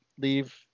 leave